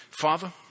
Father